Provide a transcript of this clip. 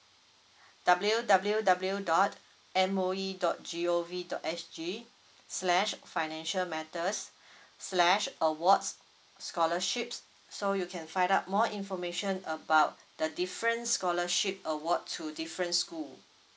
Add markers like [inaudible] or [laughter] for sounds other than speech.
W W W dot M O E dot G O V dot S G slash financial matters [breath] slash awards scholarships so you can find out more information about the different scholarship award to different school